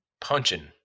punching